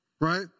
Right